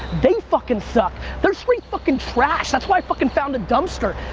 they fucking suck. they're free fucking trash, that's why i fucking found a dumpster.